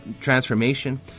transformation